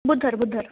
बुधरु बुधरु